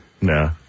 No